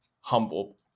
humble